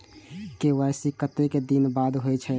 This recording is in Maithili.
के.वाई.सी कतेक दिन बाद होई छै?